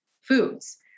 foods